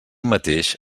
mateix